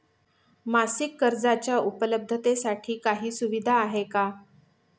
मासिक कर्जाच्या उपलब्धतेसाठी काही सुविधा आहे का?